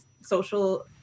social